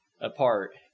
apart